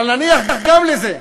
אבל נניח גם לזה.